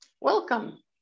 Welcome